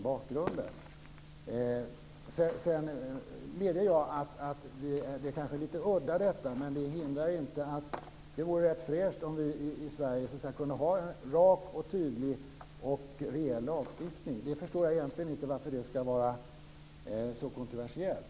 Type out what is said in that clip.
Jag medger att detta är lite udda, men det hindrar inte att det vore fräscht om vi i Sverige kunde ha en rak, tydlig och rejäl lagstiftning. Jag förstår egentligen inte varför det är så kontroversiellt.